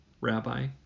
Rabbi